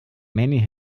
many